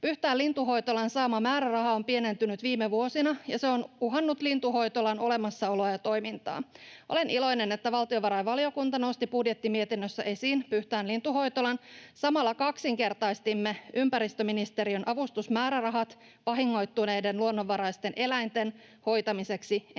Pyhtään lintuhoitolan saama määräraha on pienentynyt viime vuosina, ja se on uhannut lintuhoitolan olemassaoloa ja toimintaa. Olen iloinen, että valtiovarainvaliokunta nosti budjettimietinnössä esiin Pyhtään lintuhoitolan. Samalla kaksinkertaistimme ympäristöministeriön avustusmäärärahat vahingoittuneiden luonnonvaraisten eläinten hoitamiseksi ensi vuodelle.